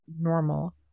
normal